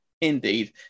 indeed